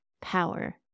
power